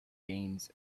gains